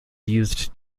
used